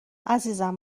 عزیزم